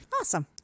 Awesome